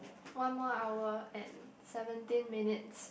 one more hour and seventeen minutes